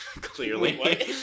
clearly